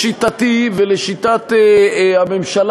לשיטתי ולשיטת הממשלה,